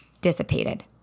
dissipated